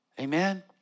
Amen